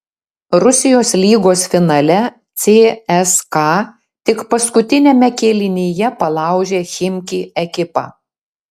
rusijos lygos finale cska tik paskutiniame kėlinyje palaužė chimki ekipą